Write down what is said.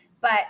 But-